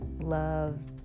love